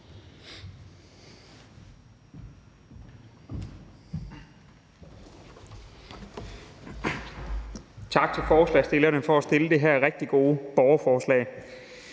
Tak til forslagsstillerne for at stille det her rigtig gode borgerforslag.